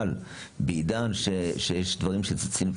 אבל בעידן שבו יש דברים שצצים,